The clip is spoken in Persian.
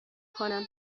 کنم